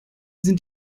sind